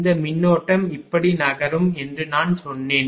இந்த மின்னோட்டம் இப்படி நகரும் என்று நான் சொன்னேன்